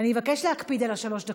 אני אבקש להקפיד על שלוש הדקות,